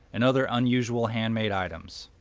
and other unusual hand made items.